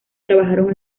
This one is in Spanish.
trabajaron